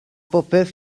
bopeth